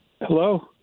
Hello